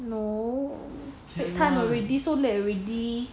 no time already so late already